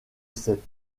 cette